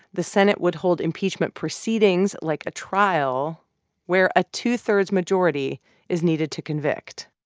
the senate would hold impeachment proceedings like a trial where a two-thirds majority is needed to convict.